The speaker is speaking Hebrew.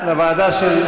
לוועדה של,